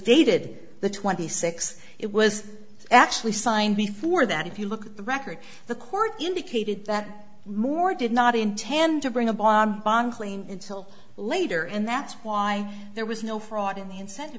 dated the twenty six it was actually signed before that if you look at the record the court indicated that moore did not intend to bring a bon bon clean until later and that's why there was no fraud in the